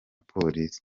polisi